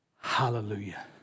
Hallelujah